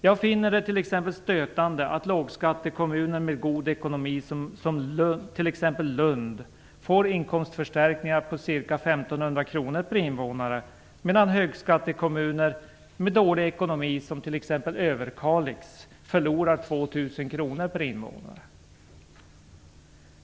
Jag finner det stötande att lågskattekommuner med god ekonomi, t.ex. Lund, får inkomstförstärkningar med ca 1 500 kr per invånare, medan högskattekommuner med dålig ekonomi, t.ex. Överkalix, förlorar 2 000 kr per invånare.